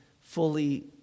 fully